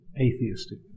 atheistic